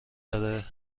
داره